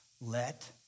let